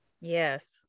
Yes